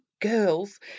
girls